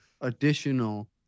additional